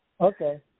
Okay